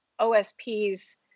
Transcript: OSP's